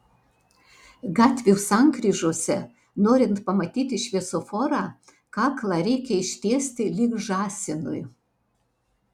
gatvių sankryžose norint pamatyti šviesoforą kaklą reikia ištiesti lyg žąsinui